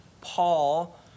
Paul